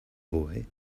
boy